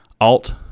Alt